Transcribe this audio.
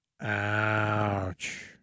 Ouch